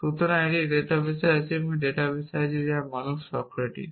সুতরাং এটি ডাটাবেসে আছে এবং এই ডাটাবেসে আছে যা মানুষ সক্রেটিস